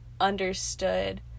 understood